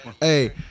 Hey